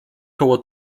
koło